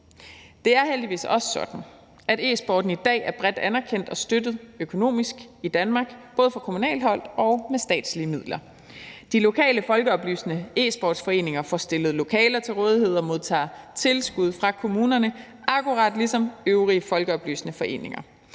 Det er heldigvis også sådan, at e-sporten i dag er bredt anerkendt og støttet økonomisk i Danmark, både fra kommunalt hold og med statslige midler. De lokale folkeoplysende e-sportsforeninger får stillet lokaler til rådighed og modtager tilskud fra kommunerne akkurat ligesom øvrige folkeoplysende foreninger.